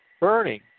burning